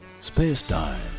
Space-time